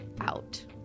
out